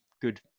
good